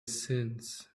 since